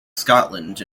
scotland